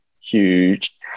huge